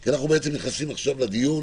כי עכשיו אנחנו מתחילים את הדיון